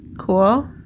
Cool